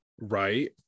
Right